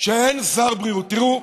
שאין שר בריאות, תראו,